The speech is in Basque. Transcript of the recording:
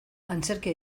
antzerkia